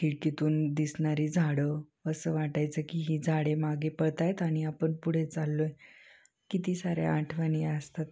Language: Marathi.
खिडकीतून दिसणारी झाडं असं वाटायचं की ही झाडे मागे पळतायत आणि आपण पुढे चालोय किती साऱ्या आठवणी असतात